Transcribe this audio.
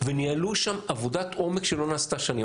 וניהלו שם עבודת עומק שלא נעשתה שנים.